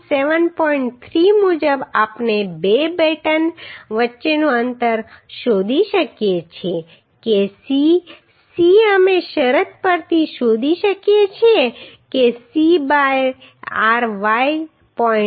3 મુજબ આપણે બે બેટન વચ્ચેનું અંતર શોધી શકીએ છીએ કે C C અમે શરત પરથી શોધી શકીએ છીએ કે C બાય રાય 0